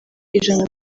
ijana